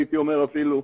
הייתי אומר אפילו.